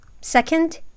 Second